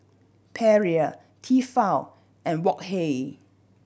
Perrier Tefal and Wok Hey